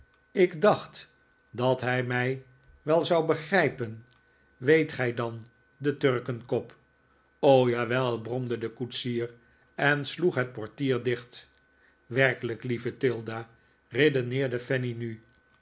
ik dacht dat hij mij wel zou begrijpen weet gij dan de turkenkop jawel bromde de koetsier en sloeg het portier dicht werkelijk lieve tilda redeneerde fanny nu